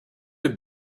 have